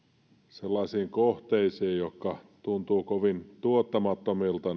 sellaisiin kohteisiin jotka tuntuvat kovin tuottamattomilta